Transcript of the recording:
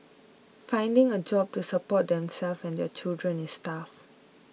finding a job to support themselves and their children is tough